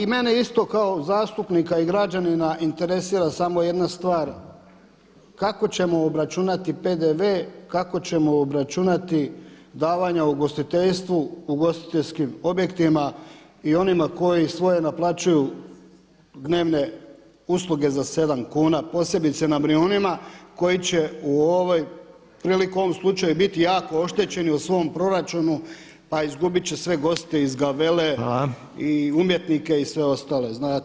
A i mene isto kao zastupnika i građanina interesira samo jedna stvar, kako ćemo obračunati PDV, kako ćemo obračunati davanja ugostiteljstvu ugostiteljskim objektima i onima koji svoje naplaćuju dnevne usluge za sedam kuna posebice na Brijunima koji će u ovoj prilikom ovog slučaja biti jako oštećeni u svom proračunu pa izgubit će sve goste iz Gavele i umjetnike i sve ostale, znate o čemu.